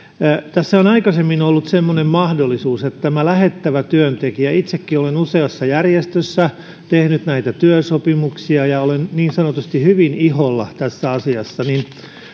tässä on aikaisemmin ollut semmoinen mahdollisuus että tämä lähetettävä työntekijä itsekin olen useassa järjestössä tehnyt näitä työsopimuksia ja olen niin sanotusti hyvin iholla tässä asiassa